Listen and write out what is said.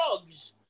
drugs